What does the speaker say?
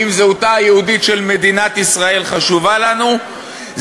אם זהותה היהודית של מדינת ישראל חשובה לנו,